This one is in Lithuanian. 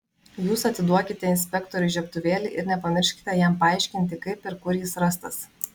jūs atiduokite inspektoriui žiebtuvėlį ir nepamirškite jam paaiškinti kaip ir kur jis rastas